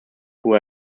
who